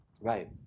Right